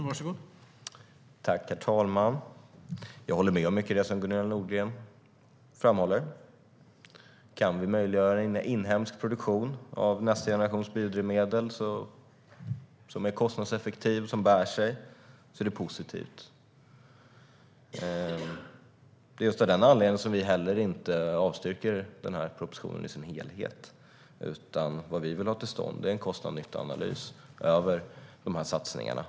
Herr talman! Jag håller med om mycket av det som Gunilla Nordgren framhåller. Om vi kan möjliggöra en inhemsk produktion av nästa generation biodrivmedel som är kostnadseffektiv och bär sig är det positivt. Det är just av den anledningen vi inte avstyrker propositionen i dess helhet. Det vi vill ha till stånd är en kostnads och nyttoanalys av satsningarna.